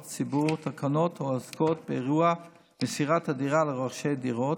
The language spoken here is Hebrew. הציבור תקנות העוסקות באירוע מסירת הדירה לרוכשי דירות,